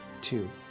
two